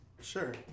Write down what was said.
Sure